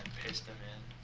paste them in.